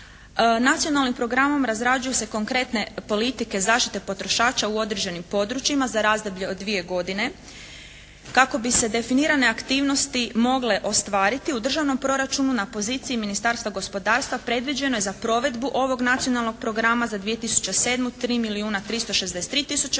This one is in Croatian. Nacionalnim programom razrađuju se konkretne politike zaštite potrošača u određenim područjima za razdoblje od dvije godine kako bi se definirane aktivnosti mogle ostvariti u državnom proračunu na poziciji Ministarstva gospodarstva predviđeno je za provedbu ovog nacionalnog programa za 2007. 3